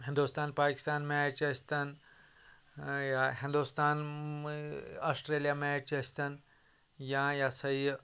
Hindustan Pakistan match ٲسۍ تَن یا ہنُدستان آسٹریلیا میچ ٲسۍ تَن یا یہ ہسا یہِ